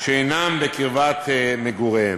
שאינם בקרבת מגוריהם".